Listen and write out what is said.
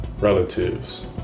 relatives